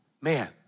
Man